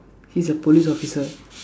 he's a police officer